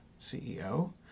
CEO